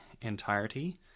entirety